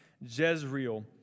Jezreel